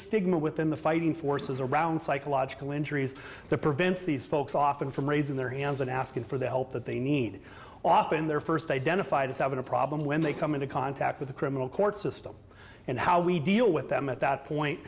stigma within the fighting forces around psychological injuries that prevents these folks often from raising their hands and asking for the help that they need often their first identified as having a problem when they come into contact with the criminal court system and how we deal with them at that point